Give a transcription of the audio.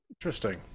Interesting